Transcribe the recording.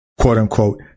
quote-unquote